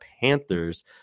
Panthers